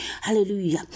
Hallelujah